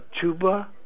tuba